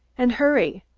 and hurry!